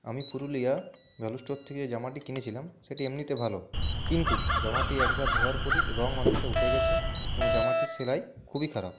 আমি পুরুলিয়া ভ্যালুস্টোর থেকে জামাটি কিনেছিলাম সেটি এমনিতে ভালো কিন্তু জামাটি একবার ধোয়ার পরই রঙ অনেকটা উঠে গেছে এবং জামাটির সেলাই খুবই খারাপ